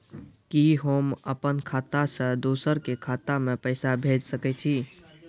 कि होम अपन खाता सं दूसर के खाता मे पैसा भेज सकै छी?